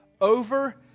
over